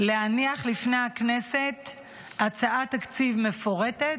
להניח לפני הכנסת הצעת תקציב מפורטת,